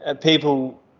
people